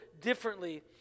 differently